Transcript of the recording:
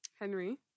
Henry